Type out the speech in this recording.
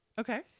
okay